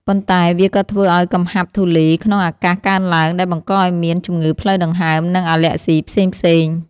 ប៉ុន្តែវាក៏ធ្វើឱ្យកំហាប់ធូលីក្នុងអាកាសកើនឡើង ដែលបង្កឱ្យមានជំងឺផ្លូវដង្ហើម និងអាឡែស៊ីផ្សេងៗ។